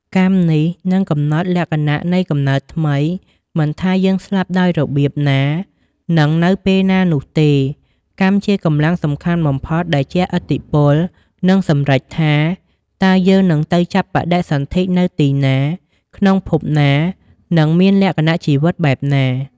កម្មនេះនឹងកំណត់លក្ខណៈនៃកំណើតថ្មី មិនថាយើងស្លាប់ដោយរបៀបណា និងនៅពេលណានោះទេ កម្មជាកម្លាំងសំខាន់បំផុតដែលជះឥទ្ធិពល និងសម្រេចថា តើយើងនឹងទៅចាប់បដិសន្ធិនៅទីណា ក្នុងភពណានិងមានលក្ខណៈជីវិតបែបណា។